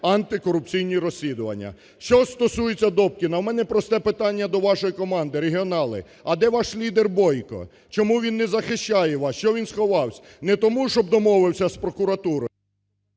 антикорупційні розслідування. Що стосується Добкіна, у мене просте питання до вашої команди, регіонали: а де ваш лідер Бойко? Чому він не захищає чому він сховавсь? Не тому, що домовився з прокуратурою…